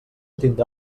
tindrà